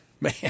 man